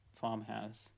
farmhouse